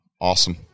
Awesome